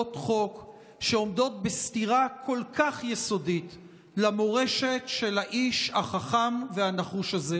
הצעות חוק שעומדות בסתירה כל כך יסודית למורשת של האיש החכם והנחוש הזה: